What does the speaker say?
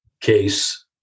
case